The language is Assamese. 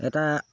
এটা